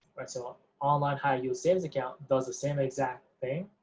right, so online high-yield savings account does the same exact thing,